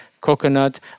coconut